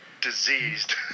Diseased